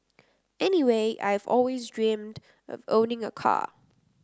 anyway I have always dreamt of owning a car